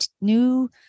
new